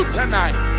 tonight